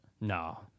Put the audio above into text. No